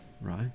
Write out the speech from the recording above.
right